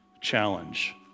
challenge